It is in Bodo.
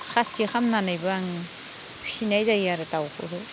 खासि खालामनानैबो आं फिसिनाय जायो आरो दाउखौबो